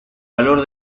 valor